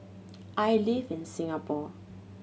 I live in Singapore